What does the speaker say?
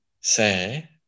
say